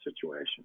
situation